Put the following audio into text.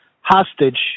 hostage